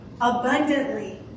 abundantly